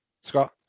Scott